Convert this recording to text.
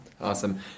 Awesome